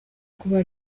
kuba